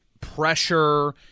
pressure